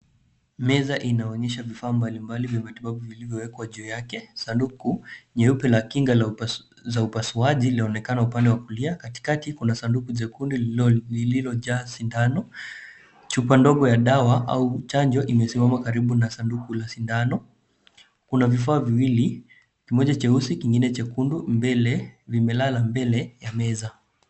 Meza inaonyesha vifaa mbalimbali vya matibabu vilivyowekwa juu yake. Sanduku nyeupe la kinga la upasuaji linaonekana upande wa kulia, katikati kuna sanduku jekundu lililo jaa sindano. Chupa ndogo ya dawa au chanjo imesimama karibu na sanduku la sindano. Kuna vifaa viwili kimoja cheusi kingine chekundu mbele, vimelala mbele ya meza.